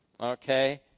okay